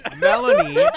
Melanie